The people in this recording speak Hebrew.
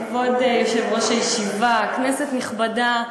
כבוד יושב-ראש הישיבה, כנסת נכבדה,